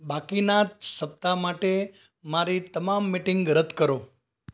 બાકીનાં સપ્તાહ માટે મારી તમામ મીટિંગ રદ કરો